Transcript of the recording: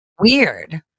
weird